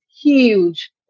huge